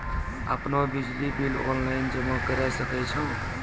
आपनौ बिजली bill online जमा करै सकै छौ?